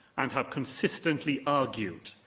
and have consistently argued,